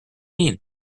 mean